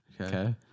okay